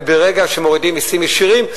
וברגע שמורידים מסים ישירים,